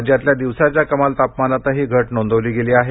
राज्यातल्या दिवसाच्या कमाल तापमानातही घट नोंदवली गेली आहे